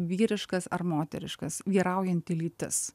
vyriškas ar moteriškas vyraujanti lytis